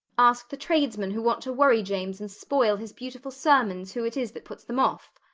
ask the tradesmen who want to worry james and spoil his beautiful sermons who it is that puts them off.